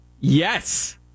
Yes